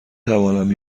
توانم